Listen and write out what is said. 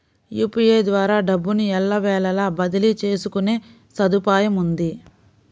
UPI ద్వారా డబ్బును ఎల్లవేళలా బదిలీ చేసుకునే సదుపాయముంది